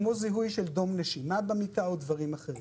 כמו זיהוי של דום נשימה במיטה או דברים אחרים.